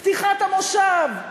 פתיחת המושב.